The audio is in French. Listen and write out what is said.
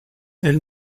elle